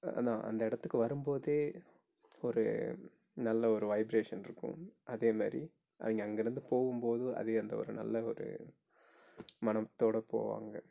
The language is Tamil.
ஆனால் அந்த இடத்துக்கு வரும் போது ஒரு நல்ல ஒரு வைப்ரேஷன்ருக்கும் அதே மாரி அவங்க அங்கேருந்து போகும் போது அதே அந்த நல்ல ஒரு மணத்தோட போவாங்க